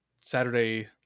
Saturday